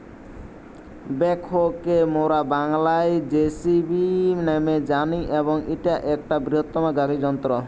backhoe কে মোরা বাংলায় যেসিবি ন্যামে জানি এবং ইটা একটা বৃহত্তম গাড়ি যন্ত্র